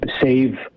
save